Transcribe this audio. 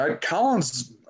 Collins